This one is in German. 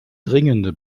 dringende